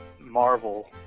Marvel